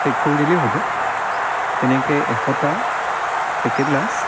pack কৰি দিলেই হ'ব তেনেকৈ এশটা পেকেট লাঞ্চ